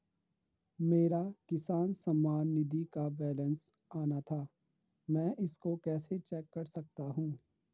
मेरा किसान सम्मान निधि का बैलेंस आना था मैं इसको कैसे चेक कर सकता हूँ?